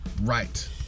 right